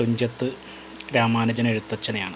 Thunchath Ramanujan എഴുത്തച്ഛനെയാണ്